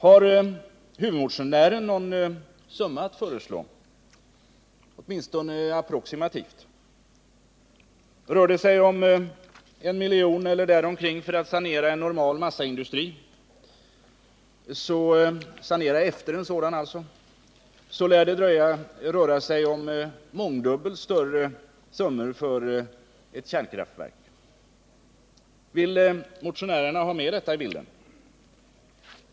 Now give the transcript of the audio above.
Har huvudmotionären någon summa att föreslå, åtminstone approximativt? Rör det sig om en miljon eller där omkring för att sanera efter en normal massaindustri, så lär det röra sig om mångdubbelt större summor för ett kärnkraftverk. Vill motionärerna ha med detta i bilden?